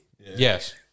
Yes